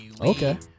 Okay